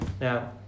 now